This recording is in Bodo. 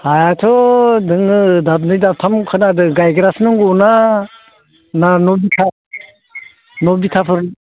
हायाथ' दोङो दाबनै दाबथाम खोनादों गायग्राखोनो मोना मा न' बिथा न' बिथाफोर